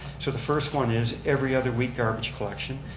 so the first one is every other week garbage collection,